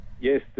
yes